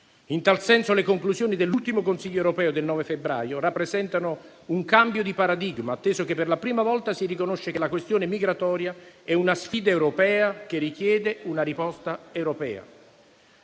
In tal senso, le conclusioni dell'ultimo Consiglio europeo del 9 febbraio rappresentano un cambio di paradigma, atteso che, per la prima volta, si riconosce che la questione migratoria è una sfida europea che richiede una risposta europea.